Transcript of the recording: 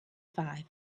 five